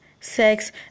sex